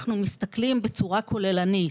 אנחנו מסתכלים בצורה כוללנית.